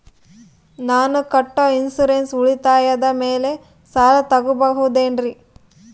ನಾನು ಕಟ್ಟೊ ಇನ್ಸೂರೆನ್ಸ್ ಉಳಿತಾಯದ ಮೇಲೆ ಸಾಲ ತಗೋಬಹುದೇನ್ರಿ?